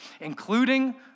including